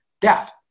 death